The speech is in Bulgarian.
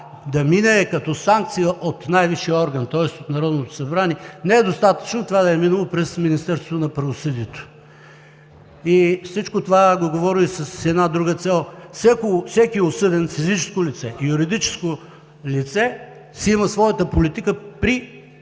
да мине като санкция от най-висшия орган, тоест от Народното събрание – не е достатъчно това да е минало през Министерството на правосъдието. Всичко това го говоря с една друга цел – всеки осъден, физическо, юридическо лице, си има своята политика при и